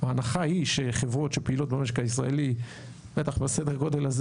ההנחה היא שחברות שפעילות במשק הישראלי בטח בסדר גודל הזה